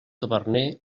taverner